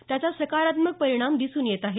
त्याचा सकारात्मक परिणाम दिसून येत आहे